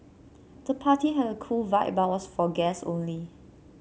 the party had a cool vibe but was for guests only